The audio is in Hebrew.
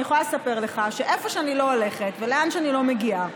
אני יכולה לספר לך שאיפה שאני לא הולכת ולאן שאני לא מגיעה